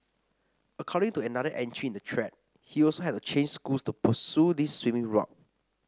according to another entry in the thread he also had to change schools to pursue this swimming route